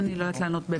אני לא יודעת לענות.